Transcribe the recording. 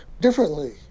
differently